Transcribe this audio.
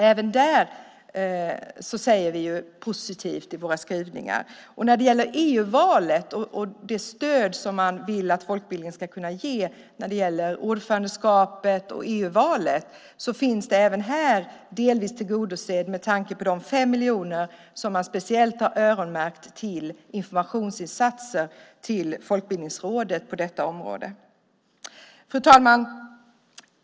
Även där är vi positiva i våra skrivningar. När det gäller det stöd som man vill att folkbildningen ska kunna ge i fråga om EU-ordförandeskapet och EU-valet finns även det delvis tillgodosett med tanke på de 5 miljoner som man speciellt har öronmärkt till informationsinsatser till Folkbildningsrådet på detta område. Fru talman!